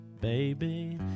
baby